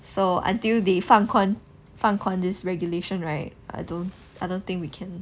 so until they 放宽放宽 this regulation right I don't I don't think we can